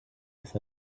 with